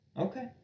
Okay